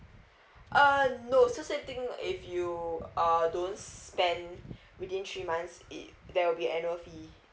uh no also same thing if you err don't spend within three months it there will be annual fee